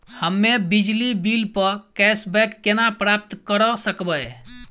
हम्मे बिजली बिल प कैशबैक केना प्राप्त करऽ सकबै?